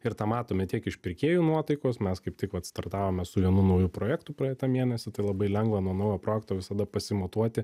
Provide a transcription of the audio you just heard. ir tą matome tiek iš pirkėjų nuotaikos mes kaip tik vat startavome su vienu nauju projektu praeitą mėnesį tai labai lengva nuo naujo projekto visada pasimatuoti